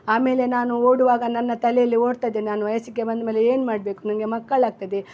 ಆಮೇಲೆ ನಾನು ಓಡುವಾಗ ನನ್ನ ತಲೆಯಲ್ಲಿ ಓಡ್ತದೆ ನಾನು ವಯಸ್ಸಿಗೆ ಬಂದ ಮೇಲೆ ಏನು ಮಾಡಬೇಕು ನನಗೆ ಮಕ್ಕಳಾಗ್ತದೆ